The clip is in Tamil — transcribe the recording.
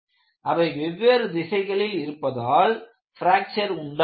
அவை வெவ்வேறு திசைகளில் இருப்பதால் பிராக்சர் உண்டாகிறது